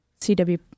CW